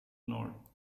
north